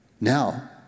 Now